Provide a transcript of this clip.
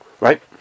Right